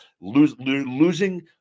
losing